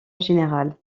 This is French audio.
général